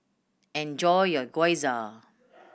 enjoy your Gyoza